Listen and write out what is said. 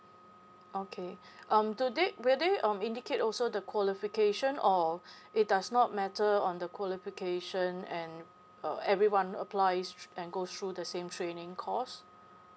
okay um do they will they um indicate also the qualification or it does not matter on the qualification and uh everyone applies and goes through the same training course